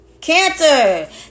Cancer